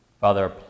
Father